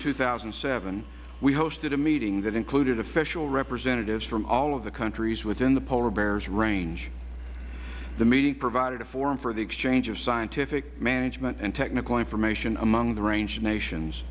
two thousand and seven we hosted a meeting that included official representatives from all of the countries within the polar bear's range the meeting provided a forum for the exchange of scientific management and technical information among the range nations